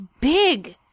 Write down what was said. big